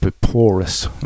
porous